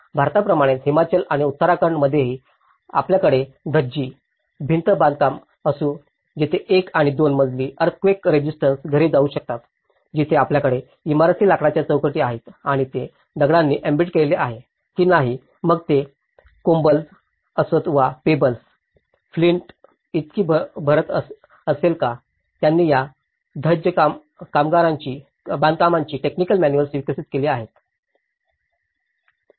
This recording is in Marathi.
भारताप्रमाणेच हिमाचल आणि उत्तराखंड मध्येही आपल्याकडे धज्जी भिंत बांधकाम असून तेथे एक आणि दोन मजली अर्थक्वेक रेजिस्टन्स घरे जाऊ शकतात जिथे आपल्याकडे इमारती लाकडाच्या चौकटी आहेत आणि ते दगडांनी एम्बेड केलेले आहे की नाही मग ते कोबल्स असोत वा पेबल्स फ्लिंट इतकी भरत असेल का त्यांनी या धज्ज बांधकामांची टेक्निकल मॅनुअल्स विकसित केली आहेत